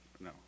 No